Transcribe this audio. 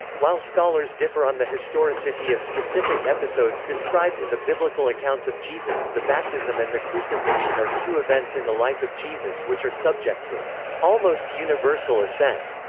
while scholars differ on the historicity of specific episodes described in the biblical accounts of jesus, the baptism and the crucifixion are two events in the life of jesus which are subject to almost universal assent.